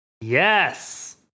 Yes